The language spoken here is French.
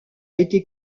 été